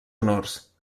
honors